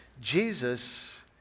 Jesus